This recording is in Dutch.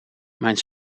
mijn